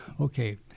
okay